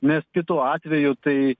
nes kitu atveju tai